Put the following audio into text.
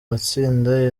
matsinda